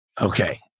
Okay